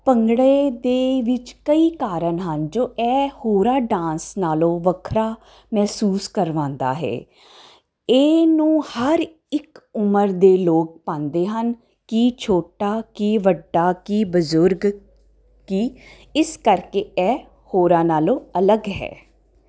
ਭੰਗੜੇ ਦੇ ਵਿੱਚ ਕਈ ਕਾਰਨ ਹਨ ਜੋ ਇਹ ਹੋਰਾ ਡਾਂਸ ਨਾਲੋਂ ਵੱਖਰਾ ਮਹਿਸੂਸ ਕਰਵਾਉਂਦਾ ਹੈ ਇਹ ਨੂੰ ਹਰ ਇੱਕ ਉਮਰ ਦੇ ਲੋਕ ਪਾਉਂਦੇ ਹਨ ਕਿ ਛੋਟਾ ਕੀ ਵੱਡਾ ਕੀ ਬਜ਼ੁਰਗ ਕੀ ਇਸ ਕਰਕੇ ਇਹ ਹੋਰਾ ਨਾਲੋਂ ਅਲੱਗ ਹੈ